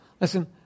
Listen